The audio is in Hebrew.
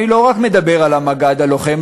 אני לא רק מדבר על המג"ד הלוחם,